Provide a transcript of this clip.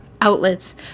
outlets